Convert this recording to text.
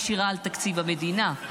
היא תשיב והוא יחכה בחוץ בזמן שהיא תשיב.